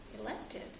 elected